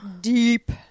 Deep